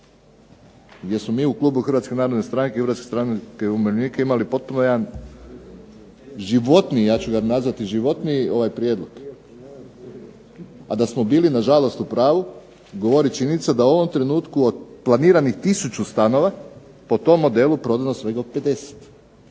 Hrvatske stranke umirovljenika imali potpuno jedan životniji, ja ću ga nazvati životniji prijedlog, a da smo bili na žalost u pravu govori činjenica da u ovom trenutku od planiranih tisuću stanova, po tom modelu prodano svega 50.